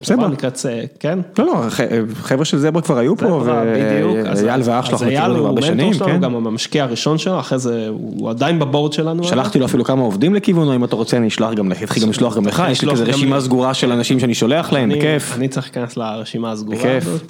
בסדר, כן כן חברה של זבר כבר היו פה, ואייל ואח שלו אנחנו מכירים כבר הרבה שנים, אז אייל הוא המנטור שלנו הוא גם המשקיע הראשון שמה, אחרי זה הוא עדיין בבורד שלנו, שלחתי לו אפילו כמה עובדים לכיוון, אם אתה רוצה אני אשלח אתחיל לשלוח גם לך, יש לי כזה רשימה סגורה של אנשים שאני שולח להם, אני צריך להיכנס לרשימה הסגורה הזאת.